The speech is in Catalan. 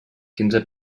quinze